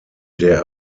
der